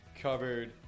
covered